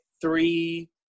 three